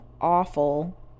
awful